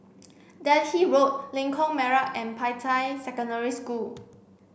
Delhi Road Lengkok Merak and Peicai Secondary School